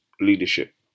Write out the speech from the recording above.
leadership